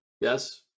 Yes